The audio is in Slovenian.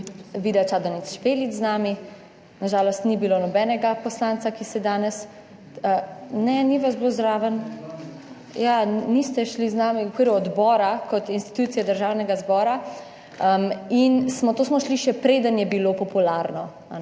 Vida Čadonič Špelič z nami, na žalost ni bilo nobenega poslanca, ki se danes - Ne, ni vas bilo zraven? Ja, niste šli z nami v okviru odbora kot institucije Državnega zbora - to smo šli, še preden je bilo popularno.